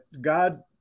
God